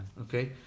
okay